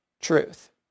truth